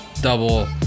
double